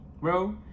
bro